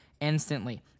instantly